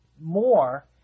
more